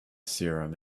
serum